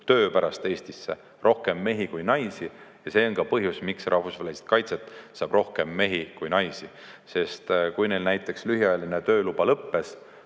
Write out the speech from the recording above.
töö pärast Eestisse rohkem mehi kui naisi. See on ka põhjus, miks rahvusvahelist kaitset saavad mehed rohkem kui naised. Kui neil näiteks lühiajaline tööluba lõppes,